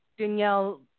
Danielle